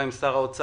גם עם שר האוצר,